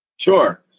Sure